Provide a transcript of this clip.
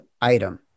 item